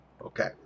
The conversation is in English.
Okay